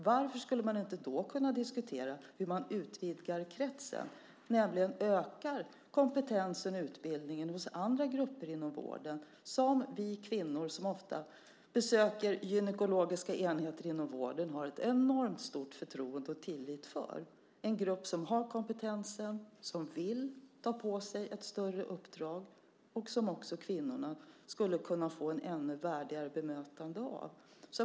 Varför skulle man inte då kunna diskutera hur man utvidgar kretsen och ökar kompetensen och utbildningen hos en grupp inom vården som vi kvinnor som ofta besöker gynekologiska enheter inom vården har ett enormt stort förtroende och tillit för? Det är en grupp som har kompetensen, som vill ta på sig ett större uppdrag och som kvinnorna skulle kunna få ett ännu mer värdigt bemötande av.